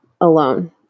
alone